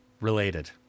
related